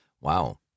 Wow